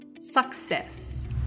success